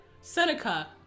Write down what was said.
Seneca